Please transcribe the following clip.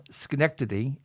Schenectady